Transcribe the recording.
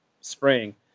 spring